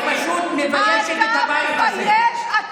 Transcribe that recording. את פשוט מביישת את הבית הזה.